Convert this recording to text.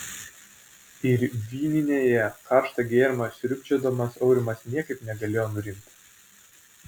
ir vyninėje karštą gėrimą sriubčiodamas aurimas niekaip negalėjo nurimti